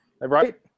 Right